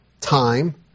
time